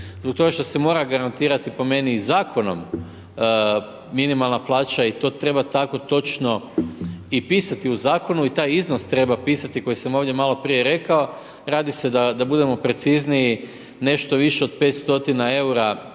zbog toga što se mora garantirati po meni i zakonom minimalana plaća i to treba tako točno pisati u zakonu i taj iznos treba pisati koji sam ovdje maloprije rekao, radi se da budemo preciznije, nešto više od 500 eura